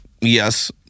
Yes